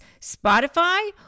Spotify